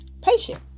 patient